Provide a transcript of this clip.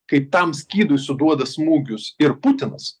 kaip tam skydui suduoda smūgius ir putinas